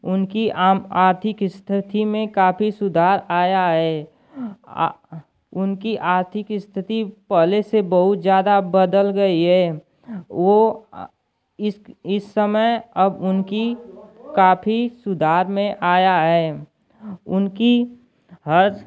उनकी आम आर्थिक स्थिति में काफ़ी सुधार आया है उनकी आर्थिक स्थिति पहले से बहुत ज़्यादा बदल गई है वह इस इस समय अब उनकी काफ़ी सुधार में आया है उनकी हर